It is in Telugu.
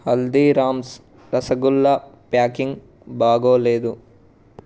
హల్దీరామ్స్ రసగుల్లా ప్యాకింగ్ బాగోలేదు